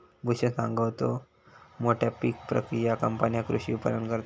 भूषण सांगा होतो, मोठ्या पीक प्रक्रिया कंपन्या कृषी विपणन करतत